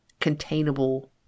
containable